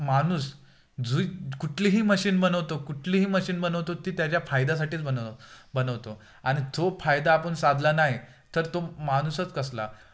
माणूस जुई कुठलीही मशीन बनवतो कुठलीही मशीन बनवतो ती त्याच्या फायदासाठीच बनव बनवतो आणि तो फायदा आपण साधला नाही तर तो माणूसच कसला